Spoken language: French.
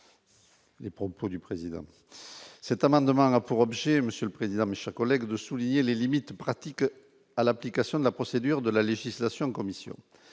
Les propos du président, cet amendement a pour objet, Monsieur le Président, Michel collègues de souligner les limites pratiques à l'application de la procédure de la législation commission